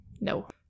No